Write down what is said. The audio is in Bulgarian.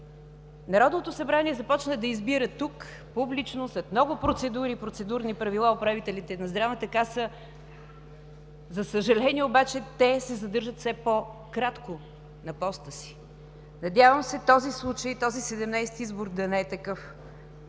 Народното събрание започна да избира тук публично, след много процедури и процедурни правила, управителите на Здравната каса. За съжаление обаче, те се задържат все по-кратко на поста си. Надявам се в този случай този 17-и избор да не е такъв.